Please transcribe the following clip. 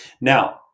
Now